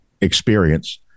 experience